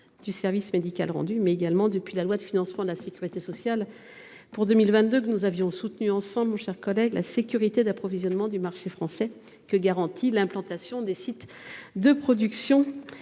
du service médical rendu, mais également, selon une disposition de la loi de financement de la sécurité sociale pour 2022 que nous avions soutenue ensemble, mon cher collègue, la sécurité d’approvisionnement du marché français que garantit l’implantation des sites de production